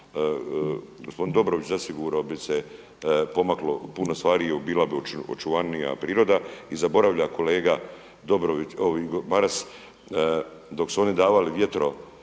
gospodin Dobrović zasigurno bi se pomaklo puno stvari i bila bi očuvanija priroda. I zaboravlja kolega Maras dok su oni davali